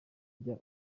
jya